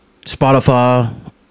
Spotify